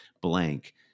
blank